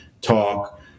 talk